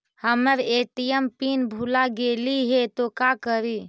हमर ATM pin भूला गेली हे, तो का करि?